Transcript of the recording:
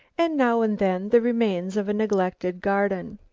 and now and then the remains of a neglected garden.